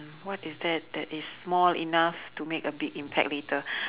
uh what is that that is small enough to make a big impact later